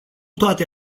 toate